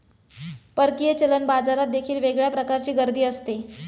परकीय चलन बाजारात देखील वेगळ्या प्रकारची गर्दी असते